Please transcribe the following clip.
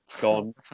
gone